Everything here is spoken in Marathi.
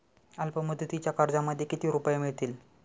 अल्पमुदतीच्या कर्जामध्ये किती रुपये मिळतील?